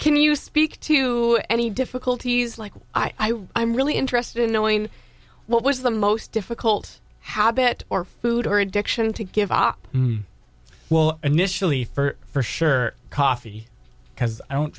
can you speak to any difficulties like i would i'm really interested in knowing what was the most difficult how bit or food or addiction to give up well initially for sure coffee because i don't